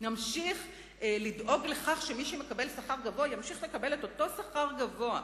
נמשיך לדאוג לכך שמי שמקבל שכר גבוה ימשיך לקבל את אותו שכר גבוה,